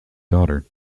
daughter